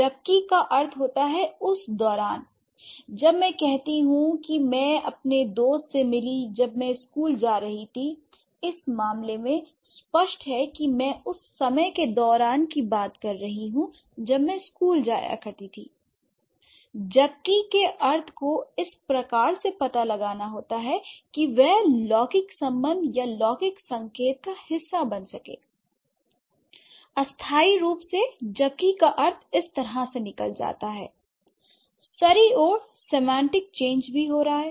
जबकि का अर्थ होता है उस दौरान l जब मैं कहती हूं कि मैं अपने दोस्त से मिली जब मैं स्कूल जा रही थी इस मामले में स्पष्ट है कि मैं उस समय के दौरान की बात कर रही हूं जब मैं स्कूल जाया करती थी l जबकि के अर्थ को इस प्रकार से पता लगाना होता है कि वह लौकिक संबंध या लौकिक संकेत का हिस्सा बन सके l अस्थाई रूप से जबकि का अर्थ इस तरह से निकल जाता है सरी ओर सेमांटिक चेंज भी हो रहा है